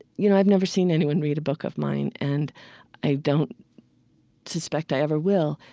you know, i've never seen anyone read book of mine and i don't suspect i ever will.